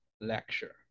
Lecture